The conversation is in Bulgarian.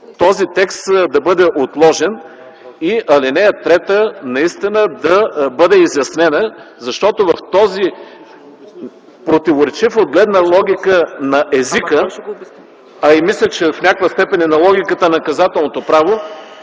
този текст да бъде отложен, и ал. 3 наистина да бъде изяснена. Защото този текст, противоречив от гледна точка на логиката на езика, а мисля, че и в някаква степен на логиката на наказателното право,